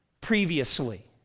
previously